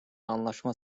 anlaşma